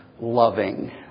loving